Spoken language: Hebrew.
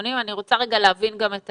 עונים אלא אני רוצה להבין את התהליכים.